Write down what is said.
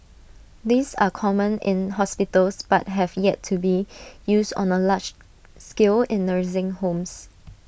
these are common in hospitals but have yet to be used on A large scale in nursing homes